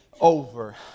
over